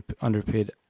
underpaid